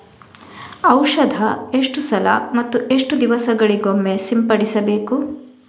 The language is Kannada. ಔಷಧ ಎಷ್ಟು ಸಲ ಮತ್ತು ಎಷ್ಟು ದಿವಸಗಳಿಗೊಮ್ಮೆ ಸಿಂಪಡಿಸಬೇಕು?